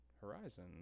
horizon